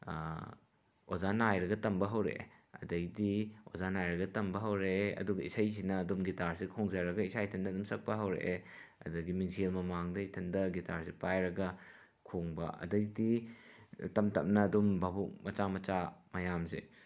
ꯑꯣꯖꯥ ꯅꯥꯏꯔꯒ ꯇꯝꯕ ꯍꯧꯔꯛꯑꯦ ꯑꯗꯩꯗꯤ ꯑꯣꯖꯥ ꯅꯥꯏꯔꯒ ꯇꯝꯕ ꯍꯧꯔꯛꯑꯦ ꯑꯗꯨꯒ ꯏꯁꯩꯁꯤꯅ ꯑꯗꯨꯝ ꯒꯤꯇꯥꯔꯁꯦ ꯈꯣꯡꯖꯔꯒ ꯏꯁꯥ ꯏꯊꯟꯇ ꯑꯗꯨꯝ ꯁꯛꯄ ꯍꯧꯔꯛꯑꯦ ꯑꯗꯒꯤ ꯃꯤꯡꯁꯦꯜ ꯃꯃꯥꯡꯗ ꯏꯊꯟꯇ ꯒꯤꯇꯥꯔꯁꯦ ꯄꯥꯏꯔꯒ ꯈꯣꯡꯕ ꯑꯗꯩꯗꯤ ꯇꯞ ꯇꯞꯅ ꯑꯗꯨꯝ ꯚꯥꯕꯣꯛ ꯃꯆꯥ ꯃꯆꯥ ꯃꯌꯥꯝꯁꯦ